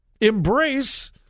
embrace